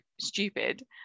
stupid